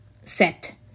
set